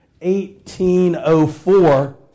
1804